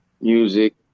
music